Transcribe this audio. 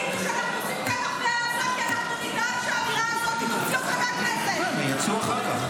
אני קורא אותך לסדר פעם שלישית, חבר הכנסת כסיף.